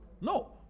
No